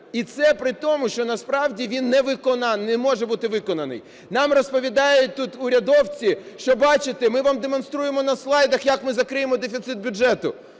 І це при тому, що насправді він не може бути виконаний. Нам розповідають тут урядовці, що, бачите, ми вам демонструємо на слайдах, як ми закриємо дефіцит бюджету.